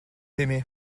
aimées